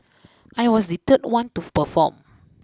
I was the third one to perform